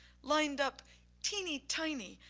lined up teeny tiny,